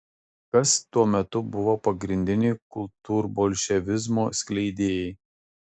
kas tuo metu buvo pagrindiniai kultūrbolševizmo skleidėjai